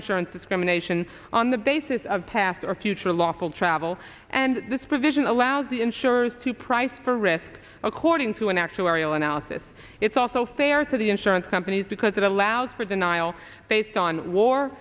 insurance discrimination on the basis of past or future lawful travel and this provision allows the insurers to price for risk according to an actuarial analysis it's also fair to the insurance companies because it allows for denial based on war